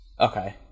Okay